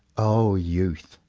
o youth,